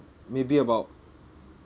maybe about